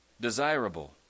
desirable